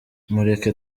mureke